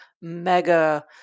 mega